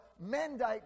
mandate